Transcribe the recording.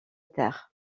terre